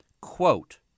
quote